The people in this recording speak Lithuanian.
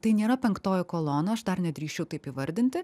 tai nėra penktoji kolona aš dar nedrįsčiau taip įvardinti